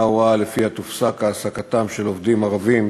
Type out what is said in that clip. הוראה שלפיה תופסק העסקתם של עובדים ערבים